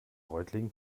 reutlingen